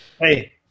hey